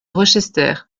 rochester